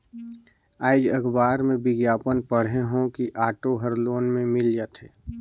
आएज अखबार में बिग्यापन पढ़े हों कि ऑटो हर लोन में मिल जाथे